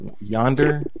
Yonder